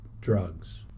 drugs